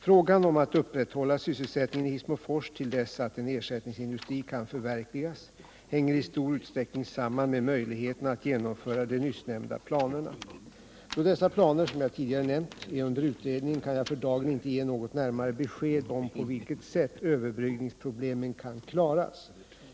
Frågan om att upprätthålla sysselsättningen i Hissmofors till dess en ersättningsindustri kan förverkligas hänger i stor utsträckning samman med möjligheterna att genomföra de nyssnämnda planerna. Då dessa planer — som jag tidigar2 nämnt — är under utredning, kan jag för dagen inte ge något närmare besked om på vilket sätt överbryggningsproblemen kan klaras.